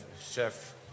chef